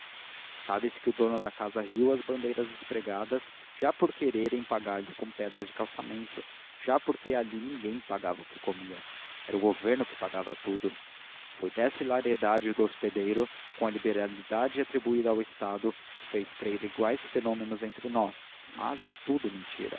sabes que o dono da casa riu às bandeiras despregadas já por quererem pagar-lhe com pedras do calçamento já porque ali ninguém pagava o que comia era o governo que pagava tudo foi essa hilaridade do hospedeiro com a liberalidade atribuída ao estado que fez crer iguais fenômenos entre nós mas é tudo mentira